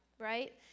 Right